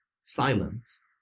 silence